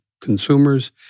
consumers